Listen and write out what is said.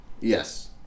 Yes